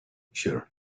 sure